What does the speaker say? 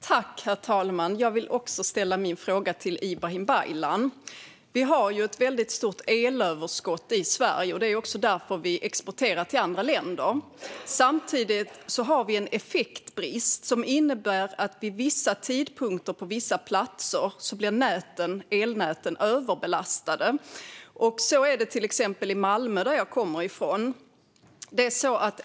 Herr talman! Jag vill också ställa en fråga till Ibrahim Baylan. Vi har ett väldigt stort elöverskott i Sverige. Det är också därför vi exporterar till andra länder. Samtidigt har vi en effektbrist som innebär att vid vissa tidpunkter på vissa platser blir elnäten överbelastade. Så är det till exempel i Malmö, som jag kommer från.